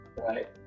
Right